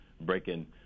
breaking